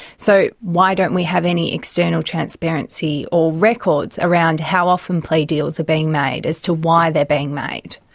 so, why don't we have any external transparency or records around how often plea deals are being made, as to why they're being made.